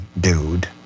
dude